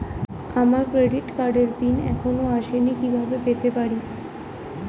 আমার ক্রেডিট কার্ডের পিন এখনো আসেনি কিভাবে পেতে পারি?